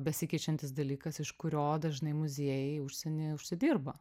besikeičiantis dalykas iš kurio dažnai muziejai užsieny užsidirba